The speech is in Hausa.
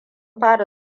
fara